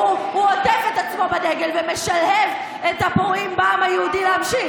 הוא עוטף את עצמו בדגל ומשלהב את הפורעים בעם היהודי להמשיך,